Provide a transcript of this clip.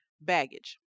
Baggage